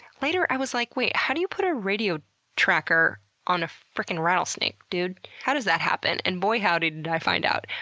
later i was like, how do you put a radio tracer on a freakin' rattlesnake, dude? how does that happen? and boy howdy, did i find out.